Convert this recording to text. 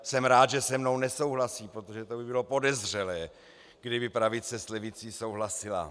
Jsem rád, že se mnou nesouhlasí, protože to by bylo podezřelé, kdyby pravice s levicí souhlasila.